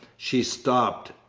she stopped,